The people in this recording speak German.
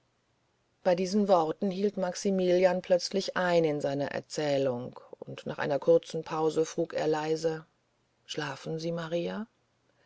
bei diesen worten hielt maximilian plötzlich ein in seiner erzählung und nach einer kurzen pause frug er leise schlafen sie maria